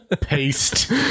paste